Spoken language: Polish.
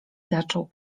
zaczął